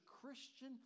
Christian